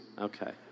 Okay